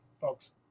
folks